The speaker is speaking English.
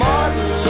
Martin